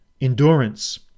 endurance